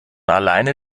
alleine